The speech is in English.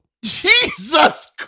Jesus